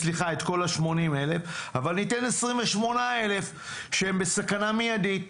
אבל ניתן 28,000 שהם בסכנה מידית.